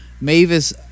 Mavis